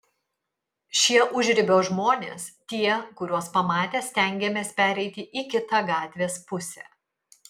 šie užribio žmonės tie kuriuos pamatę stengiamės pereiti į kitą gatvės pusę